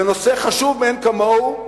זה נושא חשוב מאין כמוהו,